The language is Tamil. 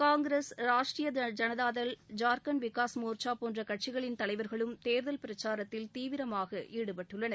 காங்கிரஸ் ராஷ்ட்ரிய ஜனதாதள் ஜாரக்கண்ட் முக்தி மோர்ச்சா போன்ற கட்சிகளின் தலைவர்களும் தேர்தல் பிரக்சாரத்தில் தீவிரமாக ஈடுபட்டுள்ளனர்